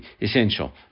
essential